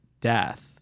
death